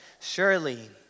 Surely